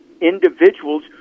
individuals